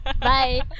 Bye